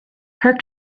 her